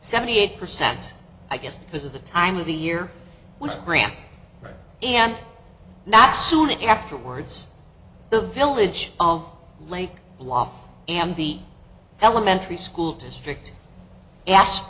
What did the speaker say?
seventy eight percent i guess because of the time of the year was grant and that soon afterwards the village of lake law and the elementary school district asked